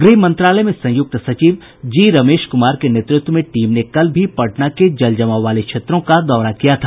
गृह मंत्रालय में संयुक्त सचिव जी रमेश क्मार के नेतृत्व में टीम ने कल भी पटना के जलजमाव वाले क्षेत्रों का दौरा किया था